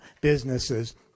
businesses